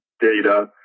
data